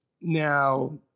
now